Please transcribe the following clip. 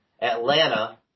Atlanta